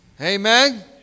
Amen